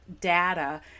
data